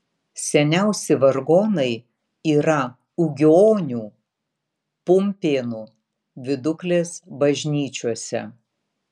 seniausi vargonai yra ugionių pumpėnų viduklės bažnyčiose